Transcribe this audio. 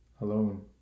alone